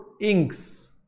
inks